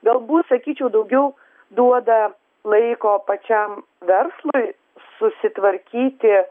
galbūt sakyčiau daugiau duoda laiko pačiam verslui susitvarkyti